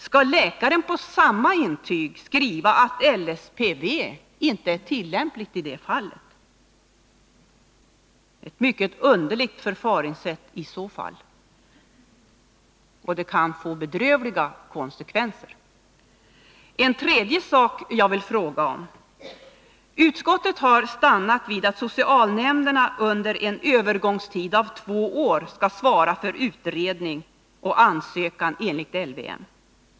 Skall läkaren på samma intyg skriva att LSPV inte är tillämplig? Ett mycket underligt förfaringssätt i så fall, och det kan få bedrövliga konsekvenser. En tredje sak jag vill fråga om: Utskottet har stannat vid att socialnämnderna under en övergångstid av två år skall svara för utredning och ansökan enligt LVM.